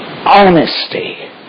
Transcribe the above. Honesty